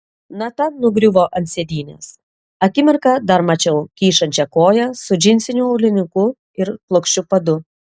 nata nugriuvo ant sėdynės akimirką dar mačiau kyšančią koją su džinsiniu aulinuku ir plokščiu padu